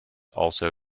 also